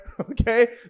okay